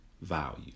value